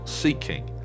seeking